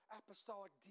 apostolic